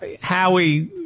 Howie